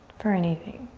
for anything.